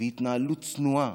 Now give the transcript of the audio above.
והתנהלות צנועה.